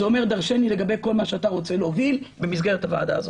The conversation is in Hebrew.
זה אומר דרשני לגבי כל מה שאתה רוצה להוביל במסגרת הוועדה הזאת.